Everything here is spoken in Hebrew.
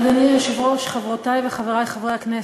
אדוני היושב-ראש, חברותי וחברי חברי הכנסת,